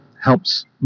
helps